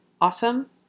awesome